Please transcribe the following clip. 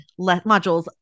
modules